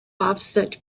offset